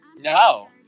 No